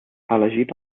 elegit